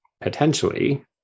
potentially